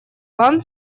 вам